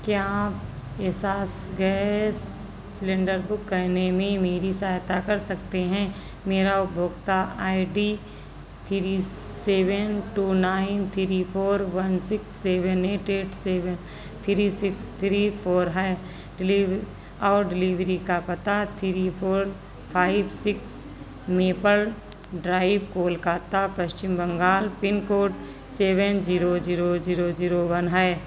क्या आप एस्सास गैस सिलेंडर बुक करने में मेरी सहायता कर सकते हैं मेरा उपभोक्ता I D three seven two nine three four one six seven eight eight seven three six three four है और डिलीवरी का पता three four five six maple drive Kolkata Paschim Bangal pincode seven zero zero zero zero one है